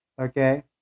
okay